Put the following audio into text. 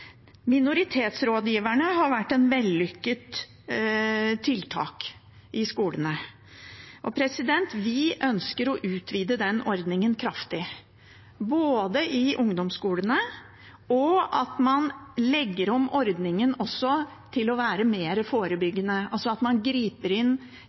har vært et vellykket tiltak i skolene. Vi ønsker å utvide den ordningen kraftig, både i ungdomsskolene og ved at man legger om ordningen til å være mer forebyggende, altså at man griper inn